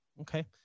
Okay